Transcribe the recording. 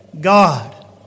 God